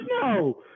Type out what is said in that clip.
no